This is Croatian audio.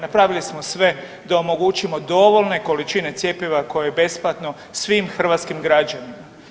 Napravili smo sve da omogućimo dovoljne količine cjepiva koje je besplatno svim hrvatskim građanima.